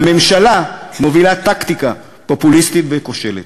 והממשלה מובילה טקטיקה פופוליסטית וכושלת.